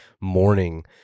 morning